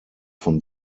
von